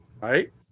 right